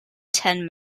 ten